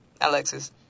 Alexis